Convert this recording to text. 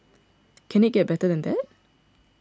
can it get better than that